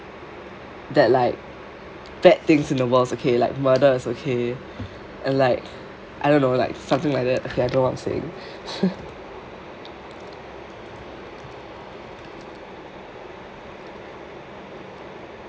that like bad things in the world okay like murders is okay and like I don't know like something like that okay I don't know what I'm saying